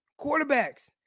quarterbacks